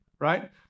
right